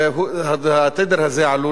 התדר הזה עלול,